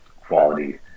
quality